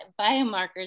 biomarkers